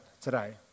today